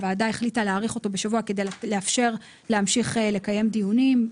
הוועדה החליטה להאריך אותו בשבוע כדי לאפשר להמשיך לקיים דיונים.